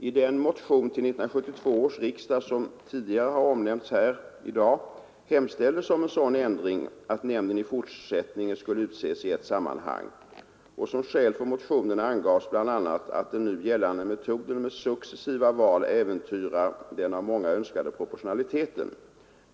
I den motion till 1972 års riksdag som tidigare har omnämnts här i dag hemställes om en sådan ändring, att nämnden i fortsättningen skulle utses i ett sammanhang. Som skäl för motionen angavs bl.a. att den nu gällande metoden med successiva val äventyrar den av många önskade proportionaliteten.